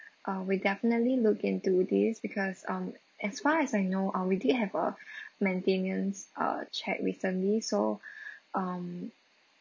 uh we definitely look into this because um as far as I know uh we did have a maintenance uh check recently so um